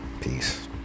peace